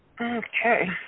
Okay